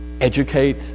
educate